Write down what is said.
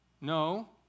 No